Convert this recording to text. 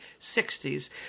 60s